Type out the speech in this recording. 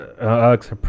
Alex